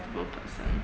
person